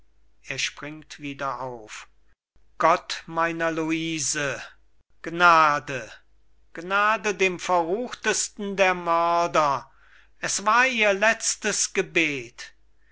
gott meiner luise gnade gnade dem verruchtesten der mörder es war ihr letztes gebet